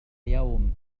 يوم